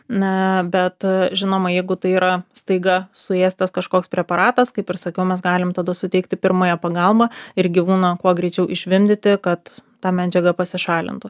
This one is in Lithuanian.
na bet žinoma jeigu tai yra staiga suėstas kažkoks preparatas kaip ir sakiau mes galim tada suteikti pirmąją pagalbą ir gyvūną kuo greičiau išvimdyti kad ta medžiaga pasišalintų